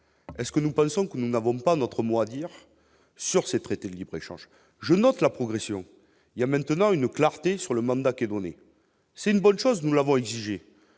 est que nous pensons que nous n'avons pas notre mot à dire sur ce traité de libre-échange, je note la progression, il y a maintenant une clarté sur le mandat qui est donnée, c'est une bonne chose, nous l'avons exigé